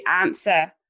answer